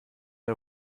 der